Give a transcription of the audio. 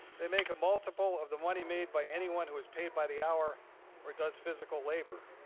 they make a multiple of the money made by anyone who is paid by the hour or does physical labor.